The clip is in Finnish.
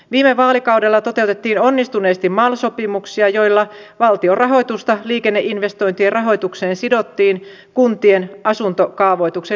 viime vaalikaudella toteutettiin onnistuneesti mal sopimuksia joilla valtion rahoitusta liikenneinvestointien rahoitukseen sidottiin kuntien asuntokaavoituksen lisäämiseksi